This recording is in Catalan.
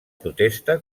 protesta